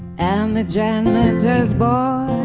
and the janitor's boy,